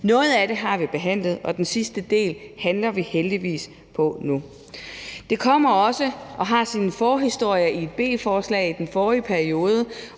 Noget af det har vi behandlet, og den sidste del handler vi heldigvis på nu. Det har sin forhistorie i et B-forslag fra forrige periode,